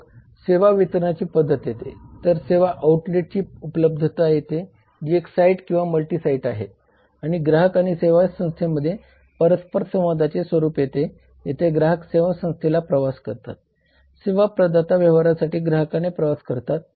मग सेवा वितरणाची पद्धत येते तर सेवा आउटलेटची उपलब्धता येते जी एक साइट किंवा मल्टी साइट आहे आणि ग्राहक आणि सेवा संस्थेमध्ये परस्परसंवादाचे स्वरूप येते जेथे ग्राहक सेवा संस्थेला प्रवास करतात सेवा प्रदाता व्यवहारासाठी ग्राहकाकडे प्रवास करतात